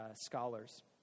scholars